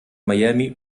miami